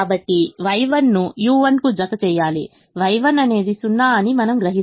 కాబట్టి Y1 ను u1 కు జత చేయాలి Y1 అనేది 0 అని మనము గ్రహిస్తాం